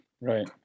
right